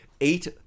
eight